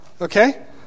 okay